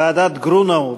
ועדת גרונאו,